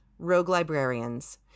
roguelibrarians